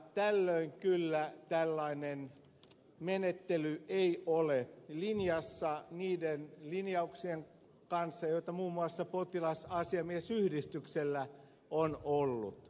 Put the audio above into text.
tällöin kyllä tällainen menettely ei ole linjassa niiden linjauksien kanssa joita muun muassa potilasasiamiesyhdistyksellä on ollut